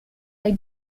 they